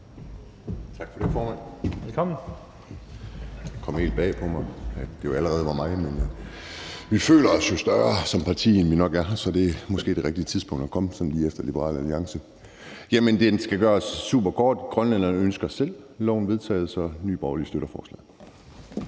Tak for det, formand. Det kom helt bag på mig, at det allerede var min tur, men vi føler os jo større som parti, end vi nok er, så det er måske det rigtige tidspunkt at komme op lige efter Liberal Alliance. Jeg skal gøre det superkort. Grønlænderne ønsker selv lovforslaget vedtaget, så Nye Borgerlige støtter forslaget.